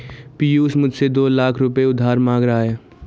पियूष मुझसे दो लाख रुपए उधार मांग रहा है